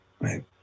right